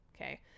okay